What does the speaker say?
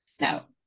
Now